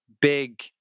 big